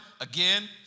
again